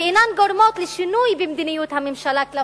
ואינן גורמות לשינוי במדיניות הממשלה כלפי היישובים הערביים.